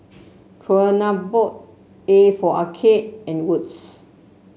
Kronenbourg A for Arcade and Wood's